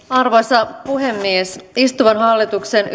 arvoisa puhemies istuvan hallituksen